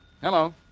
Hello